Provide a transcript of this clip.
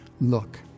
look